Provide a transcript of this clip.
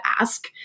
ask